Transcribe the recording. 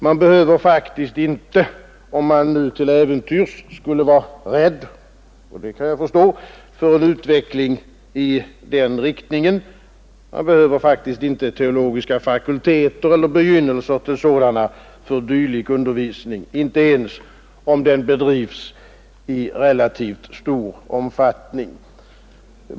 Man behöver faktiskt inte, om man nu till äventyrs skulle göra det — och det kan jag förstå — befara en utveckling i riktning mot teologiska fakulteter eller begynnelsen till sådana för dylik undervisning, inte ens om den bedrivs i relativt stor omfattning.